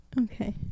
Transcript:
Okay